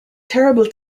terrible